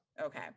Okay